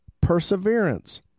perseverance